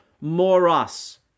moros